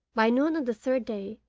by noon on the third day,